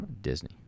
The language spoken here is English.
Disney